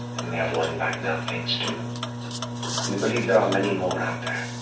and we have one back now, thanks to you. we believe there are many more out there